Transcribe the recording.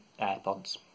airpods